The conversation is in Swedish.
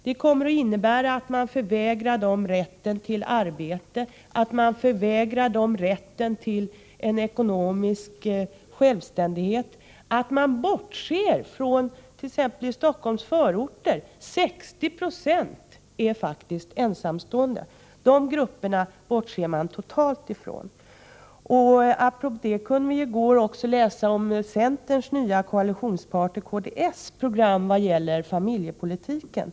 Det kommer att innebära att man förvägrar dem rätten till arbete, att man förvägrar dem rätten till ekonomisk självständighet, att man bortser från att t.ex. 60 Jo i Stockholms förorter faktiskt är ensamstående. Dessa grupper bortser man totalt från. Apropå detta kunde vi i går också läsa om centerns nye koalitionspartner kds program när det gäller familjepolitiken.